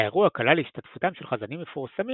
האירוע כלל השתתפותם של חזנים מפורסמים